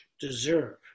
deserve